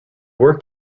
work